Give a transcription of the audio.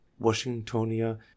Washingtonia